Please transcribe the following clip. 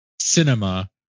cinema